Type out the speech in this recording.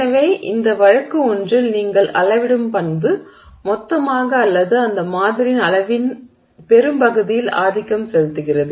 எனவே இந்த வழக்கு ஒன்றில் நீங்கள் அளவிடும் பண்பு மொத்தமாக அல்லது அந்த மாதிரியின் அளவின் பெரும்பகுதியில் ஆதிக்கம் செலுத்துகிறது